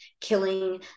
killing